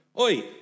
Oi